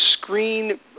screen